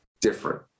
different